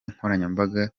nkoranyambaga